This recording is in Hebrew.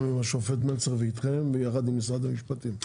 עם השופט מלצר ואתכם יחד עם משרד המשפטים.